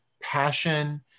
passion